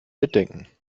mitdenken